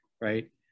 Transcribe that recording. right